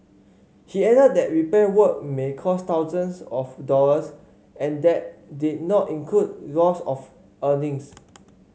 he added that repair work may cost thousands of dollars and that did not include loss of earnings